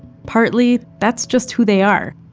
partly, that's just who they are,